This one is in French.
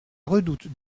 redoute